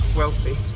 wealthy